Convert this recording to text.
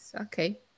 okay